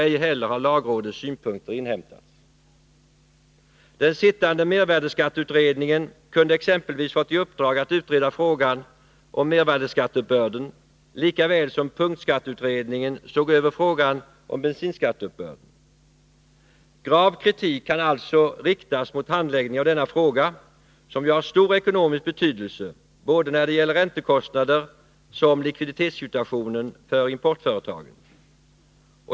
Ej heller har lagrådets synpunkter inhämtats. Den sittande mervärdeskatteutredningen kunde exempelvis ha fått i uppdrag att utreda frågan om mervärdeskatteuppbörden, lika väl som punktskatteutredningen såg över frågan om bensinskatteuppbörden. Grav kritik kan alltså riktas mot handläggningen av denna fråga, som har stor ekonomisk betydelse när det gäller såväl räntekostnader som likviditetssituationen för importföretagen.